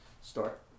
start